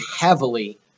heavily